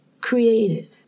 creative